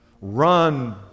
Run